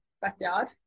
backyard